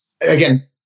again